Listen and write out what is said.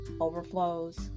overflows